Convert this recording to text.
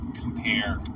compare